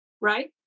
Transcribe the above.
right